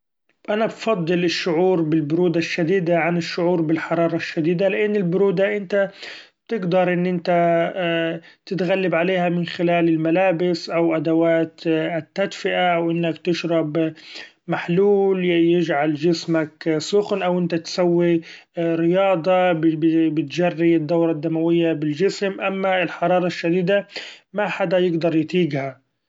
أنا بفضل الشعور بالبرودة الشديدة عن الشعور بالحرارة الشديدة; لإن البرودة إنت بتقدر إن إنت تتغلب عليها من خلال الملابس أو أدوات التدفئة أو إنك تشرب محلول يچعل چسمك سخن أو إن إنت تسوي رياضة بتچري الدورة الدموية بالچسم، اما الحرارة الشديدة ما حدا يقدر يطيقها.